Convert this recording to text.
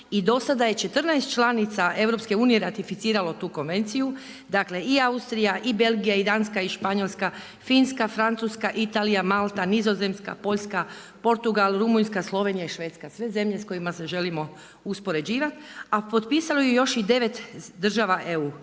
i dosada je 14 članica EU-a, ratificiralo tu konvenciju, dakle i Austrija i Belgija i Danska i Španjolska, Finska, Francuska, Italija, Malta, Nizozemska, Poljska, Portugal, Rumunjska, Slovenija i Švedska, sve zemlje s kojima se želimo uspoređivati. A potpisalo ju je još i 9 država EU.